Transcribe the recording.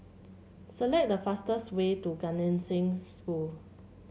select the fastest way to Gan Eng Seng School